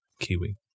Kiwi